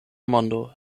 mondo